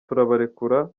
turabarekura